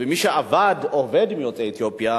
ומי שעבד או עובד עם יוצאי אתיופיה